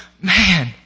man